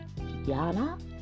yana